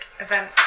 event